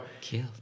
Killed